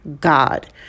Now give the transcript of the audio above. God